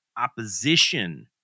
opposition